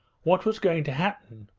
what was going to happen?